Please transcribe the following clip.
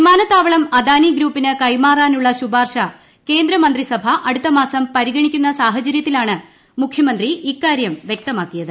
വിമാനത്താവളം അദാനി ഗ്രൂപ്പിന് കൈമാറാനുള്ള ശുപാർശ കേന്ദ്രമന്ത്രി സഭ അടുത്തമാസം പരിഗണിക്കുന്ന സാഹചര്യത്തിലാണ് മുഖ്യമന്ത്രി ഇക്കാര്യം വ്യക്തമാക്കിയത്